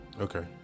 okay